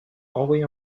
envoyé